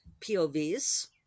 POVs